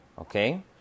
Okay